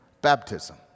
baptism